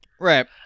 Right